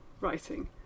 writing